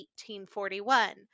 1841